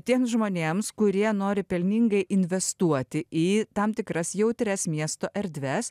tiems žmonėms kurie nori pelningai investuoti į tam tikras jautrias miesto erdves